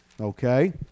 Okay